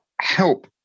help